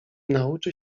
nauczy